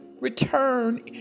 return